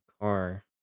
car